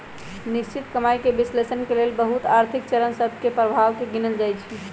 निश्चित कमाइके विश्लेषण के लेल बहुते आर्थिक कारण सभ के प्रभाव के गिनल जाइ छइ